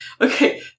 Okay